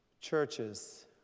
churches